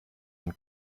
ein